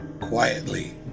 quietly